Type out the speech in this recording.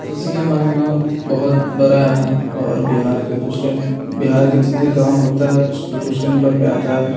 जैसे कि हमारा गाँव बहुत बड़ा है और बिहार के दूसरेन बिहार के जितने गाँव होते हैं उसके दूसरे नंबर पर आता है